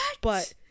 But-